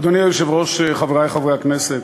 אדוני היושב-ראש, חברי חברי הכנסת,